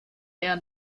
eher